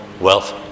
wealth